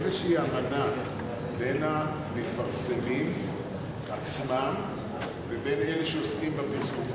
איזושהי אמנה בין המפרסמים עצמם ובין אלה שעוסקים בפרסום.